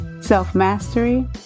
Self-mastery